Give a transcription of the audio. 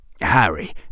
Harry